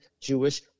Jewish